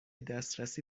دسترسی